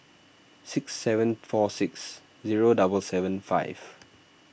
six seven four six seven seven five